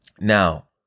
Now